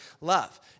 love